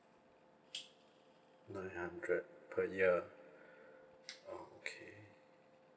nine hundred per year okay